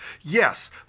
Yes